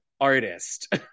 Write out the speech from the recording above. artist